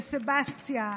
בסבסטיה,